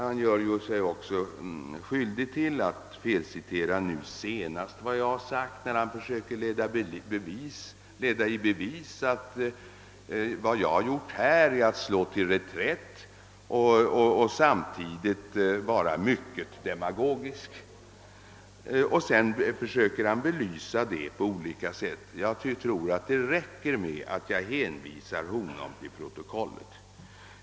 Han gjorde sig också skyldig till att nu senast felcitera vad jag sagt, när han försökte leda i bevis att jag nu hade slagit till reträtt och samtidigt varit mycket demagogisk. Detta försökte herr Ahlmark belysa på olika sätt. Jag tror emellertid att det räcker att jag hänvisar herr Ahlmark till protokollet.